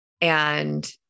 and-